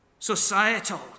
Societal